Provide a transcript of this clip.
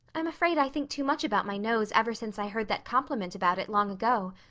i'm afraid i think too much about my nose ever since i heard that compliment about it long ago.